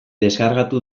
deskargatu